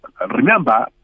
Remember